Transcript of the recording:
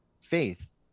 faith